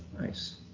Nice